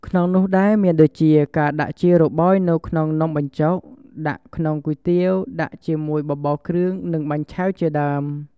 ក្នុងនោះដែរមានដូចជា ការដាក់ជារបោយនៅក្នុងនំបញ្ជុក ដាក់ក្នុងគុយទាវ ដាក់ជាមួយបបរគ្រឿង និងបាញ់ឆែវជាដើម។